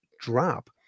drop